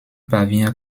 parvient